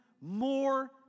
more